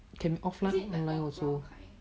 can be offline online also